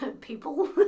people